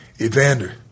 Evander